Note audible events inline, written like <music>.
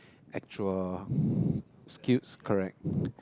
actual <breath> skills correct